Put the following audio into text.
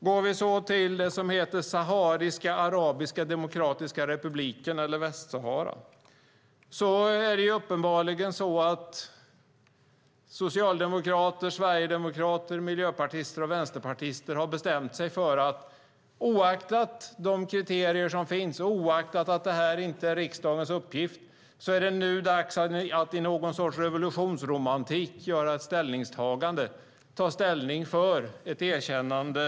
Om vi går till det som heter Sahariska arabiska demokratiska republiken eller Västsahara är det uppenbarligen så att socialdemokrater, sverigedemokrater, miljöpartister och vänsterpartister har bestämt sig för vad de vill göra. Oaktat de kriterier som finns och oaktat att detta inte är riksdagens uppgift är det nu dags att i något slags revolutionsromantik göra ett ställningstagande och ta ställning för ett erkännande.